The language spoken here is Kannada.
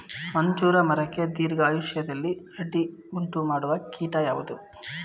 ಅಂಜೂರ ಮರಕ್ಕೆ ದೀರ್ಘಾಯುಷ್ಯದಲ್ಲಿ ಅಡ್ಡಿ ಉಂಟು ಮಾಡುವ ಕೀಟ ಯಾವುದು?